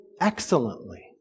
excellently